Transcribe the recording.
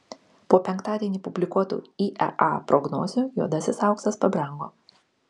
po penktadienį publikuotų iea prognozių juodasis auksas pabrango